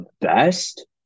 best